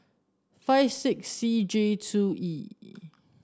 five six C J two E